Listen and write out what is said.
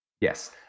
Yes